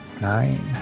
nine